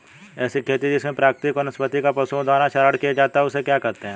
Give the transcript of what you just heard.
ऐसी खेती जिसमें प्राकृतिक वनस्पति का पशुओं द्वारा चारण किया जाता है उसे क्या कहते हैं?